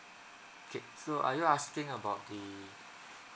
okay so are you asking about the